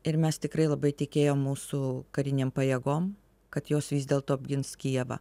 ir mes tikrai labai tikėjom mūsų karinėm pajėgom kad jos vis dėlto apgins kijevą